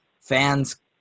fans